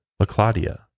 LaClaudia